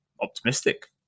optimistic